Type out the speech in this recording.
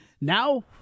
now